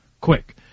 Quick